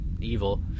evil